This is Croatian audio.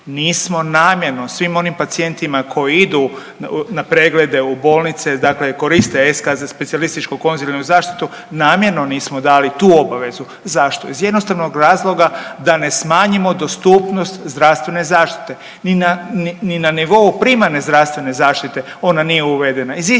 Nismo namjerno svim onim pacijentima koji idu na preglede u bolnice, dakle koriste …/nerazumljivo/… specijalističko konzilijarnu zaštitu namjerno nismo dali tu obavezu. Zašto? Iz jednostavnog razloga da ne smanjimo dostupnost zdravstvene zaštite. Ni na nivou primarne zdravstvene zaštite ona nije uvedena